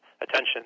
attention